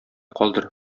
калдыр